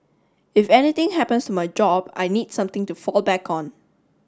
if anything happens to my job I need something to fall back on